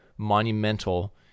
monumental